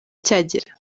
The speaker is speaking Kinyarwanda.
cyagera